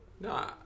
no